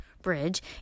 Bridge